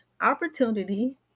opportunity